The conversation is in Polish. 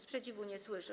Sprzeciwu nie słyszę.